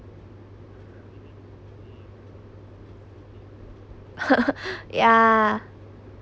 yeah